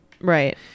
Right